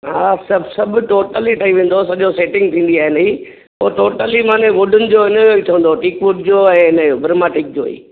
हा हा सभु टोटल ई ठही वेंदो सॼो सेटिंग थींदी आहे इन जी त टोटली माना वूडन जो इन जो ठहंदो टीकु वूड जो ऐं इन जो ब्रह्मा टीक जो ई